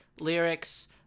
lyrics